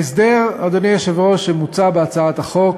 ההסדר, אדוני היושב-ראש, שמוצע בהצעת החוק,